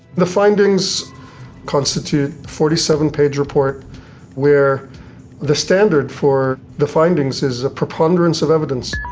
the findings constitute forty seven page report where the standard for the findings is a preponderance of evidence.